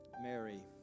Mary